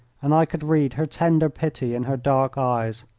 and i could read her tender pity in her dark eyes.